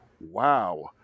wow